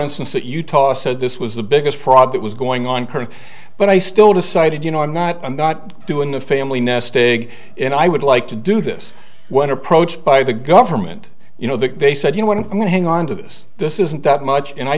instance that utah said this was the biggest fraud that was going on current but i still decided you know i'm not i'm not doing the family nest egg and i would like to do this when approached by the government you know that they said you know what i'm going to hang on to this this isn't that much and i